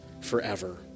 forever